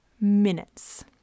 minutes